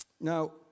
Now